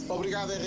Obrigado